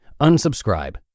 unsubscribe